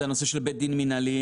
זה הנושא של בתי דין מנהליים.